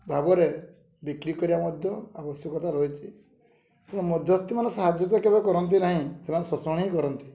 ଭାବରେ ବିକ୍ରି କରିବା ମଧ୍ୟ ଆବଶ୍ୟକତା ରହିଛି ତେଣୁ ମଧ୍ୟସ୍ଥିମାନେ ସାହାଯ୍ୟ ତ କେବେ କରନ୍ତି ନାହିଁ ସେମାନେ ଶୋଷଣ ହିଁ କରନ୍ତି